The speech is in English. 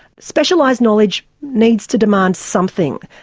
specialised knowledge needs to demand something.